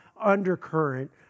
undercurrent